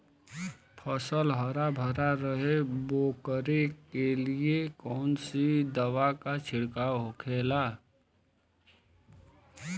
फसल हरा भरा रहे वोकरे लिए कौन सी दवा का छिड़काव होखेला?